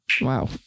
Wow